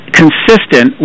consistent